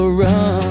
run